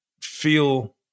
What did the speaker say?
feel